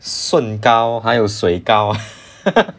顺糕还有水糕